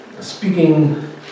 Speaking